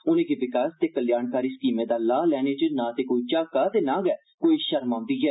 उनेंगी विकास ते कल्याणकारी स्कीमें दा लाह लैने च ते कोई झाक्का ते नां गै कोई शर्म औंदी ऐ